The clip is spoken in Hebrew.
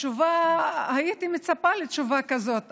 הייתי מצפה לתשובה כזאת,